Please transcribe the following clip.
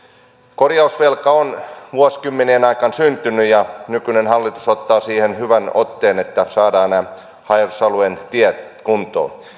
korjausvelka on vuosikymmenien aikaan syntynyt ja nykyinen hallitus ottaa siihen hyvän otteen että saadaan nämä haja asutusalueen tiet kuntoon